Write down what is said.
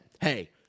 hey